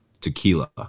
tequila